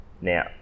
Now